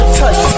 touch